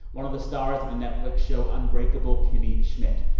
one of the stars of the netflix show unbreakable kimmy schmidt.